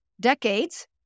decades